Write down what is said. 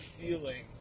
feeling